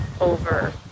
over